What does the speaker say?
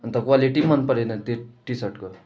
अन्त क्वालिटी मन परेन त्यो टिसर्टको